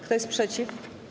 Kto jest przeciw?